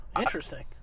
Interesting